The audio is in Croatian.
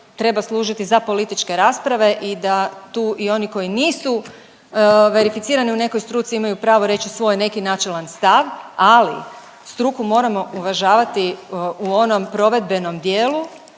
treba služiti za političke rasprave i da tu i oni koji nisu verificirani u nekoj struci imaju pravo reći svoj neki načelan stav, ali struku moramo uvažavati u onom provedbenom dijelu